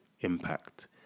impact